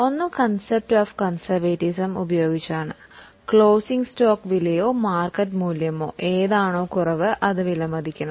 ഒന്ന് കൺസേർവെറ്റിസം എന്ന ആശയം പ്രയോഗിച്ചതാണ് ക്ലോസിംഗ് സ്റ്റോക്ക് വിലമതിക്കുമ്പോൾ ചെലവ് അല്ലെങ്കിൽ മാർക്കറ്റ് മൂല്യം ഏതാണോ കുറവ് അത് വിലമതിക്കണം